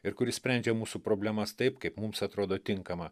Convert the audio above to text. ir kuris sprendžia mūsų problemas taip kaip mums atrodo tinkama